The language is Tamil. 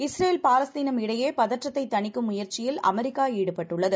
இஸ்ரேல் பாலஸ்தீனம்இடையேபதற்றத்தைதணிக்கும்முயற்சியில்அமெரிக்காஈடுபட்டு ள்ளது